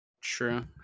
True